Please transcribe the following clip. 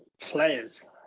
players